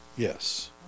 Yes